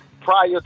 prior